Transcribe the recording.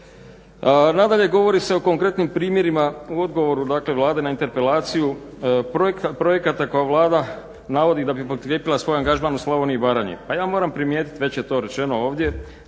Nadalje govori se o konkretnim primjerima u odgovoru Vlade na interpelaciju. Projekta koje Vlada navodi da bi potkrijepila svoj angažman u Slavoniji i Baranji. Ja moram primijetiti već je to rečeno ovdje